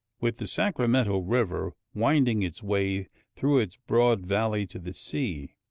with the sacramento river winding its way through its broad valley to the sea.